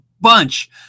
bunch